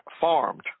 farmed